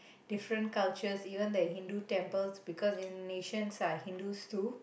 different cultures even they have Hindu temples because Indonesian are Hindus too